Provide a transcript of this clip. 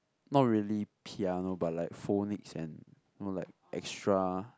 not really piano but like phonics and you know like extra